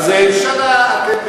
לא, 20 שנה אתם מדברים.